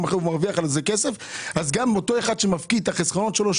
אחר לי אין פיקדונות אותו אחד שמפקיד את החסכונות שלו,